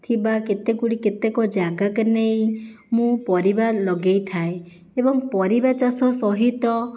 ଥିବା କେତେ ଗୁଡ଼ିଏ କେତେକ ଜାଗାକୁ ନେଇ ମୁଁ ପରିବା ଲଗେଇଥାଏ ଏବଂ ପରିବା ଚାଷ ସହିତ